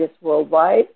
worldwide